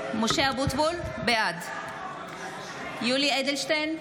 אבוטבול, בעד יולי יואל אדלשטיין,